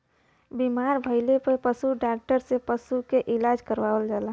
बीमार भइले पे पशु डॉक्टर से पशु के इलाज करावल जाला